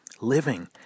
living